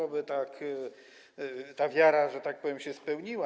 Oby tak ta wiara, że tak powiem, się spełniła.